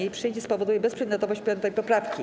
Jej przyjęcie spowoduje bezprzedmiotowość 5. poprawki.